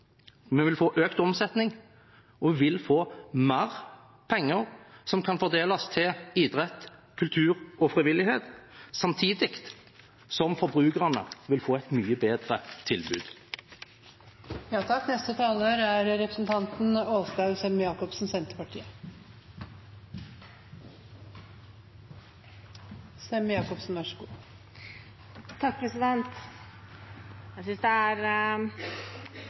Vi vil få økt omsetning, og vi vil få mer penger som kan fordeles til idrett, kultur og frivillighet, samtidig som forbrukerne vil få et mye bedre tilbud. Jeg synes det er